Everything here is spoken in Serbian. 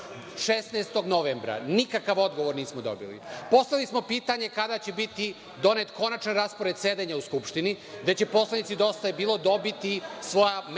16. novembra. Nikakav odgovor nismo dobili. Poslali smo pitanje kada će biti donet konačan raspored sedenja u Skupštini, gde će poslanici DJB dobiti svoja mesta